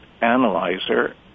analyzer